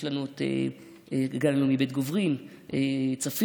יש לנו את גן לאומי בית גוברין, צפית,